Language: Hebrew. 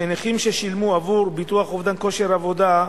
שנכים ששילמו עבור ביטוח אובדן כושר עבודה,